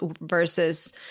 versus